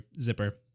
zipper